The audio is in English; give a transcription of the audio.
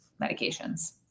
medications